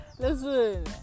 Listen